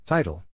Title